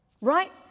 right